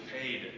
paid